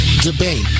debate